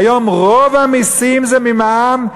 היום רוב המסים זה ממע"מ,